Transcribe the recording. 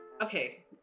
Okay